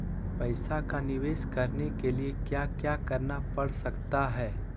पैसा का निवेस करने के लिए क्या क्या करना पड़ सकता है?